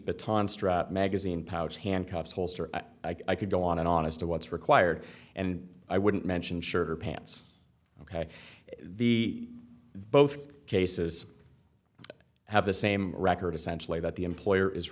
baton strap magazine pouch handcuffs holster i could go on and on as to what's required and i wouldn't mention shirt pants ok the both cases have the same record essentially that the employer is